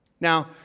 now